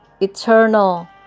Eternal